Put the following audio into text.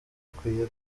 akwiye